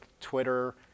Twitter